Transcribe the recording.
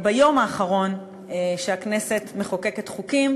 ביום האחרון שהכנסת מחוקקת חוקים,